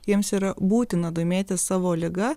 jiems yra būtina domėtis savo liga